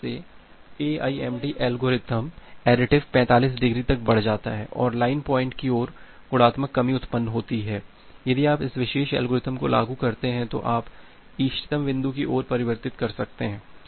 इस तरह से यह AIMD एल्गोरिथ्म एडिटिव 45 डिग्री तक बढ़ जाता है और लाइन पॉइंट की ओर गुणात्मक कमी उत्पन्न होती है यदि आप इस विशेष एल्गोरिथ्म को लागू करते हैं तो आप इष्टतम बिंदु की ओर परिवर्तित कर सकते हैं